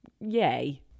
Yay